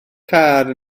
car